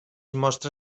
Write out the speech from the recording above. mostra